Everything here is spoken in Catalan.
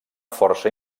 força